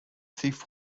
thief